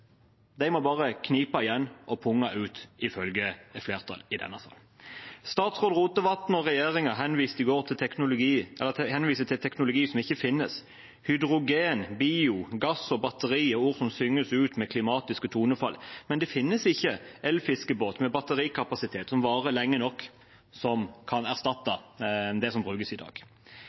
De må bare knipe igjen og punge ut, ifølge et flertall i denne salen. Statsråd Rotevatn og regjeringen henviser til teknologi som ikke finnes. Hydrogen, bio, gass og batterier er ord som synges ut i klimatiske tonefall, men det finnes ikke en elfiskebåt med batterikapasitet som varer lenge nok, som kan erstatte det som brukes i dag.